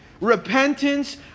repentance